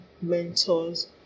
mentors